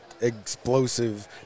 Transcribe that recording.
explosive